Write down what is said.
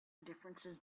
differences